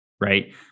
right